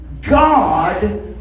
God